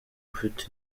ufite